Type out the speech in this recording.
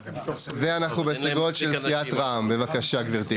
ואנחנו בהסתייגויות של סיעת רע"מ, בבקשה גברתי.